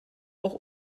auch